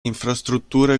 infrastrutture